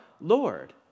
Lord